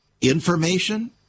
information